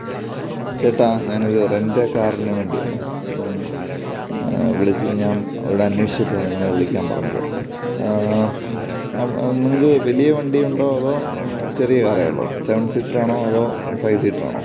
ചേട്ടാ ഞാനൊരു റെൻറ്റെ കാറിന് വേണ്ടിയാണ് ഇപ്പോള് വിളിച്ചത് ഞാൻ ഇവിടന്വേഷിച്ചപ്പോഴാണ് നിങ്ങളെ വിളിക്കാൻ പറഞ്ഞത് നിങ്ങള്ക്ക് വലിയ വണ്ടിയുണ്ടോ അതോ ചെറിയ കാറേ ഉള്ളോ സെവൻ സീറ്ററാണോ അതോ ഫൈവ് സീറ്ററാണോ